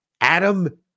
Adam